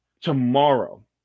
tomorrow